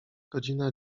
godzina